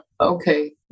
Okay